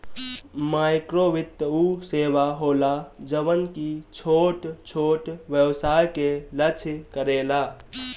माइक्रोवित्त उ सेवा होला जवन की छोट छोट व्यवसाय के लक्ष्य करेला